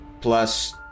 Plus